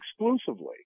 exclusively